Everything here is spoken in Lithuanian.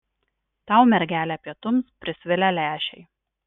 tau mergele pietums prisvilę lęšiai